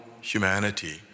humanity